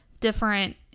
Different